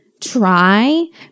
try